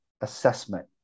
assessment